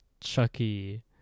Chucky